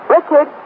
Richard